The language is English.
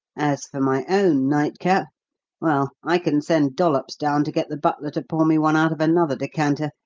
as for my own night-cap' well, i can send dollops down to get the butler to pour me one out of another decanter,